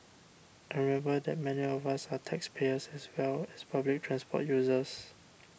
and remember that many of us are taxpayers as well as public transport users